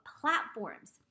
platforms